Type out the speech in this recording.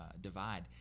divide